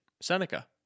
Seneca